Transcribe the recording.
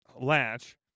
latch